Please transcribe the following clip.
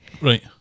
Right